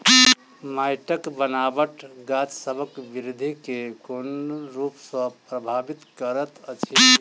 माइटक बनाबट गाछसबक बिरधि केँ कोन रूप सँ परभाबित करइत अछि?